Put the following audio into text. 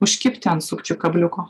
užkibti ant sukčių kabliuko